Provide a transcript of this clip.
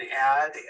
add